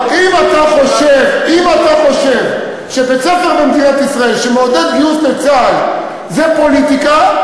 אם אתה חושב שבית-ספר במדינת ישראל שמעודד גיוס לצה"ל זאת פוליטיקה,